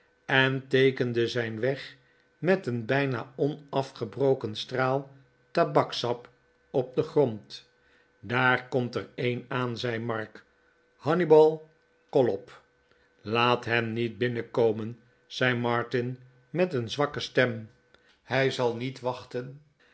en teekende zijn weg met een bijna onafgebroken straal tabakssap op den grond daar komt er een aan zei mark hannibal chollop laat hem niet binnenkomen zei martin met een zwakke stem hij zal niet wachten